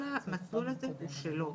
כל המסלול הזה הוא שלו,